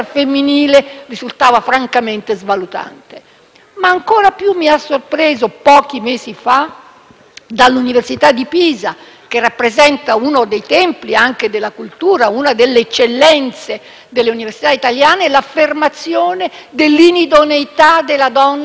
Ma ancora di più mi ha sorpreso, pochi mesi fa, dall'università di Pisa, che rappresenta uno dei templi della cultura, una delle eccellenze tra le università italiane, l'affermazione dell'inidoneità della donna ad affrontare gli studi scientifici, cosa